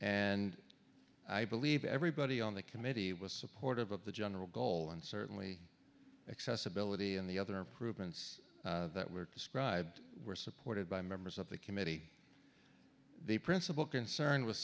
and i believe everybody on the committee was supportive of the general goal and certainly accessibility and the other improvements that were described were supported by members of the committee the principal concern